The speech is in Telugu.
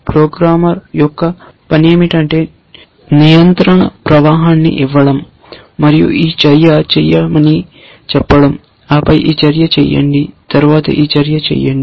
ప్రోగ్రామర్ యొక్క పని ఏమిటంటే నియంత్రణ ప్రవాహాన్ని ఇవ్వడం మరియు ఈ చర్య చేయమని చెప్పడం ఆపై ఈ చర్య చేయండి తరువాత ఈ చర్య చేయండి